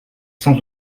cent